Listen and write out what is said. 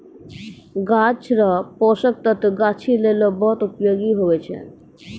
गाछ रो पोषक तत्व गाछी लेली बहुत उपयोगी हुवै छै